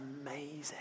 amazing